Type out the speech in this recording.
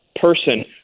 person